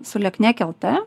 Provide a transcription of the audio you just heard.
sulieknėk lt